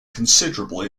considerable